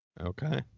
Okay